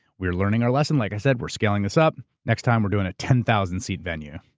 we're learning our lesson, like i said. we're scaling this up. next time we're doing a ten thousand seat venue.